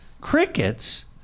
crickets